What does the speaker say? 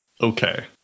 Okay